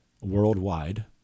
worldwide